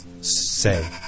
Say